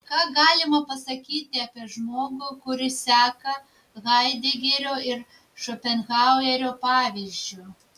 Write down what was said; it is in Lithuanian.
ką galima pasakyti apie žmogų kuris seka haidegerio ir šopenhauerio pavyzdžiu